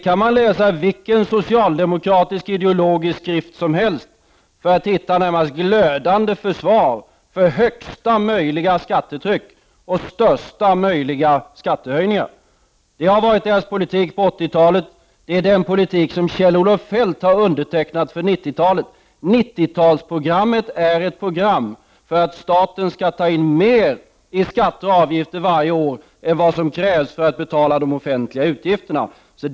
Man kan läsa i vilken socialistisk ideologisk skrift som helst för att hitta i det närmaste glödande försvar för högsta möjliga skattetryck och största möjliga skattehöjningar. Det har varit socialdemokraternas politik under 80-talet, och det är den politik som Kjell-Olof Feldt har undertecknat för 90-talet. 90-talsprogrammet är ett program för att staten skall ta in mer i skatter och avgifter än vad som krävs för att betala de offentliga utgifterna.